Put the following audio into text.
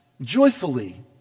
joyfully